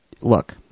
Look